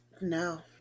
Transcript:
No